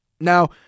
Now